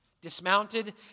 dismounted